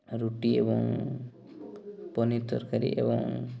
ରୁଟି ଏବଂ ପନିର ତରକାରୀ ଏବଂ